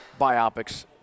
biopics